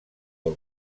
del